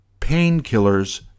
painkillers